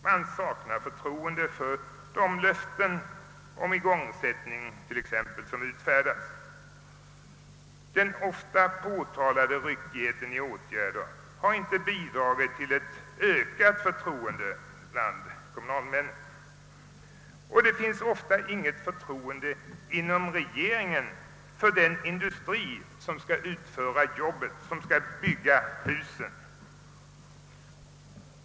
Man saknar förtroende för de löften om t.ex. igångsättning som utfärdas. Den ofta påtalade ryckigheten i åtgärder har inte bidragit till ett ökat förtroende bland kommunalmännen. Det finns ofta inget förtroende inom regeringen för den industri som skall utföra jobbet, som skall bygga husen.